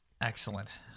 Excellent